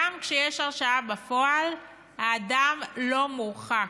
גם כשיש הרשעה בפועל, האדם לא מורחק.